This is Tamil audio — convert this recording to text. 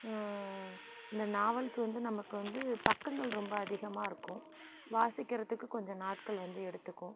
இந்த நாவல்ஸ் வந்து நமக்கு வந்து பக்கங்கள் ரொம்ப அதிகமாக இருக்கும் வாசிக்கிறதுக்கு கொஞ்சம் நாட்கள் வந்து எடுத்துக்கும்